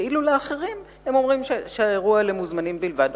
ואילו לאחרים הם אומרים שהאירוע למוזמנים בלבד.